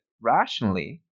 rationally